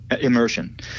immersion